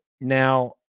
Now